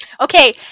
Okay